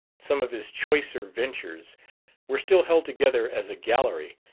some of his choicer ventures were still held together as a gallery,